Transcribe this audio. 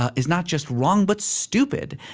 ah is not just wrong but stupid.